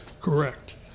correct